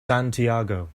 santiago